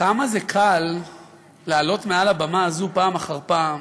כמה זה קל לעלות על הבמה הזאת פעם אחר פעם